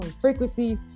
frequencies